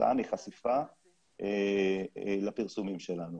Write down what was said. כתוצאה מחשיפה לפרסומים שלנו.